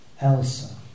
ELSA